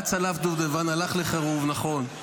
הוא היה צלף דובדבן, הלך לחרוב, נכון.